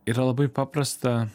yra labai paprasta